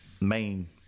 main